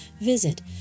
visit